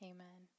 Amen